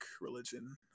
religion